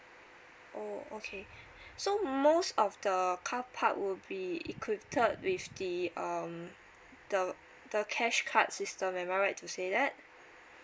oh okay so most of the car park would be equipped with the um the the cash card system am I right to say that